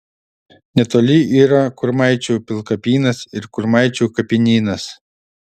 netoli yra kurmaičių pilkapynas ir kurmaičių kapinynas